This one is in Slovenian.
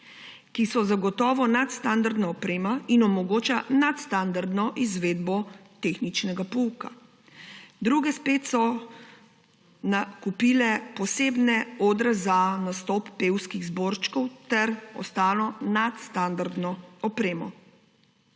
ki so zagotovo nadstandardna oprema in omogoča nadstandardno izvedbo tehničnega pouka. Druge spet so nakupile posebne odre za nastop pevskih zborčkov ter ostalo nadstandardno opremo.